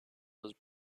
was